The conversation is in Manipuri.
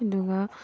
ꯑꯗꯨꯒ